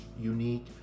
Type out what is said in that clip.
unique